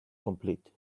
complete